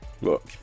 Look